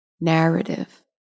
narrative